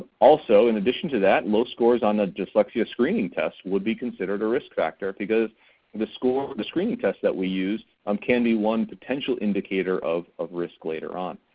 also in addition to that, low scores on a dyslexia screening test would be considered a risk factor because the score of the screening test we use um can be one potential indicator of of risk later on.